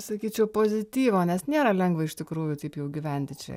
sakyčiau pozityvo nes nėra lengva iš tikrųjų taip jau gyventi čia